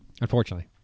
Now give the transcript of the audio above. unfortunately